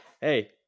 hey